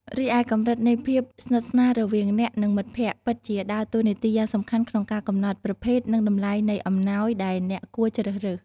រីឯកម្រិតនៃភាពស្និទ្ធស្នាលរវាងអ្នក និងមិត្តភ័ក្តិ ពិតជាដើរតួនាទីយ៉ាងសំខាន់ក្នុងការកំណត់ ប្រភេទ និងតម្លៃនៃអំណោយ ដែលអ្នកគួរជ្រើសរើស។